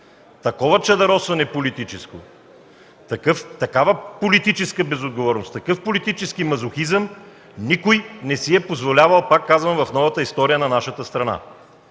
чадъросване, такава политическа безотговорност, такъв политически мазохизъм никой не си е позволявал, пак казвам, в новата история на нашата страна.